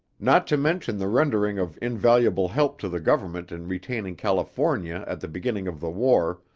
not to mention the rendering of invaluable help to the government in retaining california at the beginning of the war,